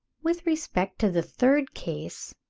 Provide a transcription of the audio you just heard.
with respect to the third case,